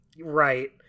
Right